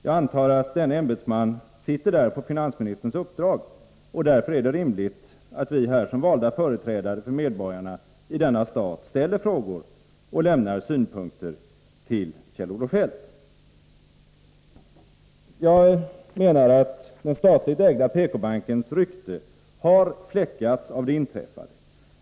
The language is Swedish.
Jag antar att denne ämbetsman sitter där på finansministerns uppdrag, och därför är det rimligt att vi som valda företrädare för medborgare i denna stat ställer frågor och lämnar synpunkter till Kjell-Olof Feldt. Jag menar att den statligt ägda PK-bankens rykte har fläckats av det inträffade.